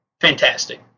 fantastic